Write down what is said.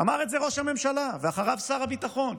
אמר את זה ראש הממשלה ואחריו שר הביטחון,